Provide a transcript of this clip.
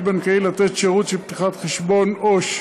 בנקאי לתת שירות של פתיחת חשבון עו"ש,